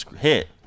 hit